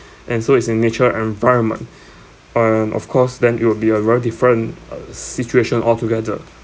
and so it's in natural environment um of course then it would be a very different uh situation altogether